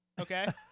Okay